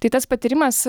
tai tas patyrimas